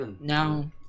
now